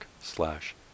slash